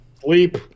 sleep